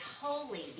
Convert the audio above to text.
holy